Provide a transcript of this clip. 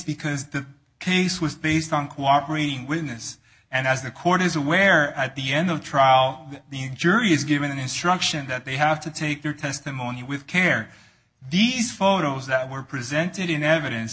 because the case was based on cooperating witness and as the court is aware at the end of the trial the jury is given an instruction that they have to take their testimony with care these photos that were presented in evidence